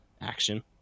action